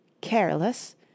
careless